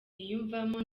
niyumvamo